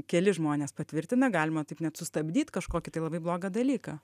keli žmonės patvirtina galima taip net sustabdyt kažkokį tai labai blogą dalyką